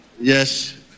Yes